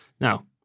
Now